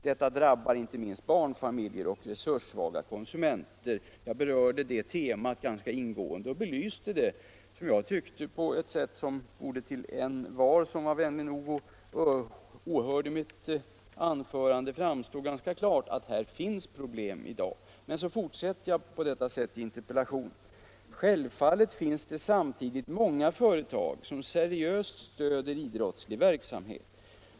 Detta drabbar inte minst barnfamiljer och resurssvaga konsumentgrupper.” Jag berörde detta tema ganska ingående och belyste det på ett sådant sätt att det för envar som var vänlig nog att åhöra mitt anförande borde framstå som ganska klart att här finns problem i dag. Men i fortsättningen av interpellationen säger jag: ”Självfallet finns det samtidigt många företag som seriöst stöder idrottslig verksamhet.